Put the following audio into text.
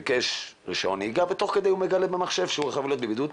ביקש רישיון נהיגה ותוך כדי הוא מגלה במחשב שהוא חייב להיות בבידוד,